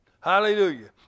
Hallelujah